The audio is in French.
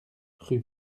rue